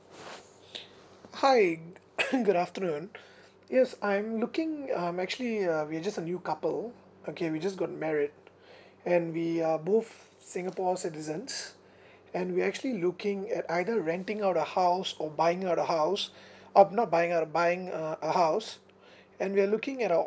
hi good afternoon yes I'm looking I'm actually uh we're just a new couple okay we just got married and we are both singapore citizens and we're actually looking at either renting out a house or buying out a house oh not buying out buying uh a house and we're looking at uh